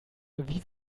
wie